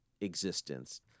existence